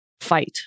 fight